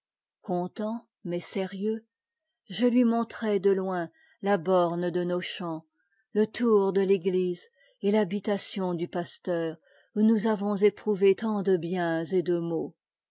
mais sérieux je lui montrai de loin la borne de nos champs la tour de l'église et l'habitation du pasteur où nous avons éprouvé tant de biens et de maux